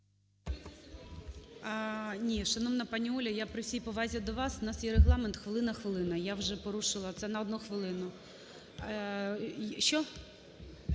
Ні, шановна пані Оля, я при всій повазі до вас, в нас є регламент хвилина-хвилина, я вже порушила, це на одну хвилину. Що?